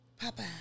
Papa